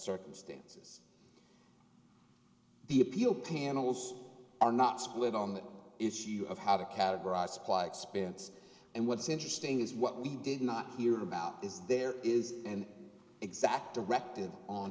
circumstances the appeal panels are not split on the issue of how to categorize quiet spirits and what's interesting is what we did not hear about is there is an exact a wrecked